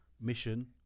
mission